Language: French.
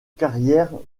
carrière